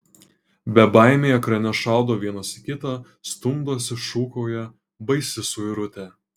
bebaimiai ekrane šaudo vienas į kitą stumdosi šūkauja baisi suirutė